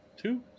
Two